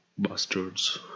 Bastards